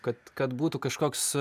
kad kad būtų kažkoks